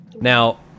Now